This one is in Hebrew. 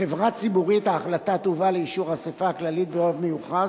בחברה ציבורית ההחלטה תובא לאישור האספה הכללית ברוב מיוחס,